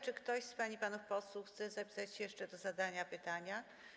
Czy ktoś z pań i panów posłów chce zapisać się jeszcze do zadania pytania?